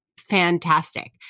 fantastic